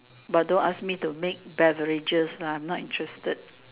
but don't ask me to make beverages lah I'm not interested